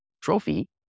trophy